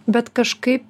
bet kažkaip